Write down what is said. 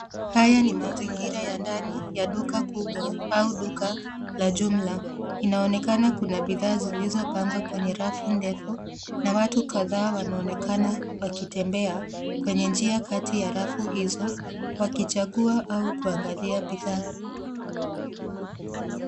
Haya ni mazingira ya ndani ya duka kubwa au duka la jumla. Inaonekana kuna bidhaa zilizopangwa kwenye rafu ndefu na watu kadhaa wanaonekana wakitembea kwenye njia kati ya rafu hizo wakichagua au kuangalia bidhaa.